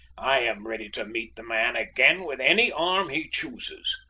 i am ready to meet the man again with any arm he chooses.